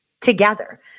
together